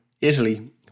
Italy